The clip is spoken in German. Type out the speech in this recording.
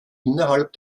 innerhalb